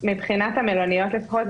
מבחינת המלוניות לפחות,